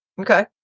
Okay